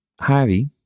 Harvey